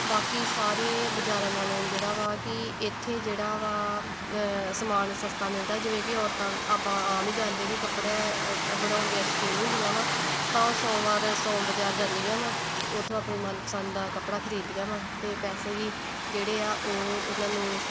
ਬਾਕੀ ਸਾਰੇ ਬਜ਼ਾਰਾਂ ਨਾਲੋਂ ਜਿਹੜਾ ਵਾ ਕਿ ਇੱਥੇ ਜਿਹੜਾ ਵਾ ਸਮਾਨ ਸਸਤਾ ਮਿਲਦਾ ਜਿਵੇਂ ਕਿ ਔਰਤਾਂ ਆਪਾਂ ਆਮ ਹੀ ਜਾਣਦੇ ਕਿ ਕੱਪੜੇ ਬਣਾਉਣ ਦੀਆਂ ਸ਼ੌਕੀਨ ਹੁੰਦੀਆਂ ਵਾ ਤਾਂ ਉਹ ਸੋਮਵਾਰ ਸੋਮ ਬਜ਼ਾਰ ਜਾਂਦੀਆਂ ਵਾਂ ਅਤੇ ਉਥੋਂ ਆਪਣੀ ਮਨਪਸੰਦ ਦਾ ਕੱਪੜਾ ਖਰੀਦ ਦੀਆਂ ਵਾ ਅਤੇ ਪੈਸੇ ਵੀ ਜਿਹੜੇ ਆ ਉਹ ਉਹਨਾਂ ਨੂੰ